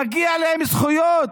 מגיע להם זכויות.